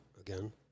again